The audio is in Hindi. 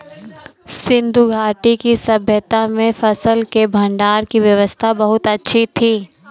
सिंधु घाटी की सभय्ता में फसल के भंडारण की व्यवस्था बहुत अच्छी थी